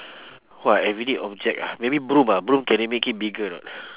!wah! everyday object ah maybe broom ah broom can you make it bigger or not